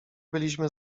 byliśmy